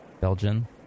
Belgian